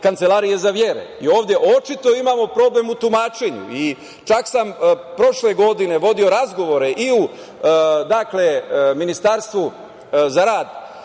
Kancelarije za vere. Ovde očito imamo problem u tumačenju. Čak sam prošle godine vodio razgovore i u Ministarstvu za rad